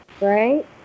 right